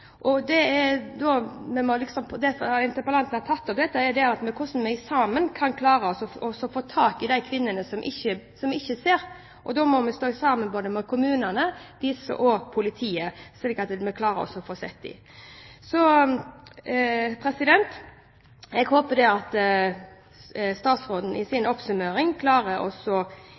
Det interpellanten har tatt opp, er hvordan vi sammen kan klare å få tak i de kvinnene vi ikke ser. Da må vi stå sammen med kommunene og politiet, slik at vi klarer å se dem. Jeg håper at statsråden i sin oppsummering klarer å se ikke bare Fremskrittspartiets program, men også